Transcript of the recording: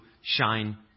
shine